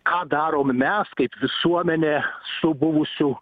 ką darom mes kaip visuomenė su buvusių